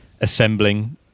assembling